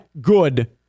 good